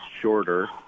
shorter